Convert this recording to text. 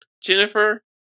Jennifer